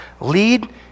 lead